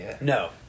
no